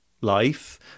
life